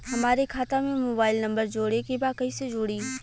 हमारे खाता मे मोबाइल नम्बर जोड़े के बा कैसे जुड़ी?